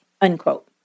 unquote